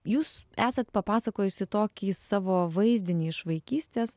jūs esat papasakojusi tokį savo vaizdinį iš vaikystės